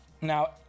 Now